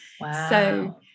Wow